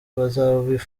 bazaba